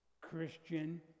Christian